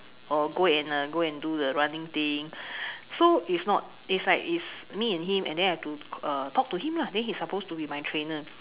or go and uh go and do the running thing so is not is like is me and him and then I have to uh talk to him lah then he's supposed to be my trainer